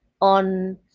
on